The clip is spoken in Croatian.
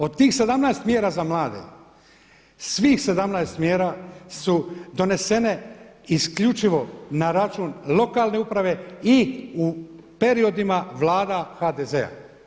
Od tih 17 mjera za mlade svih 17 mjera su donesene isključivo na račun lokalne uprave i u periodima Vlada HDZ-a.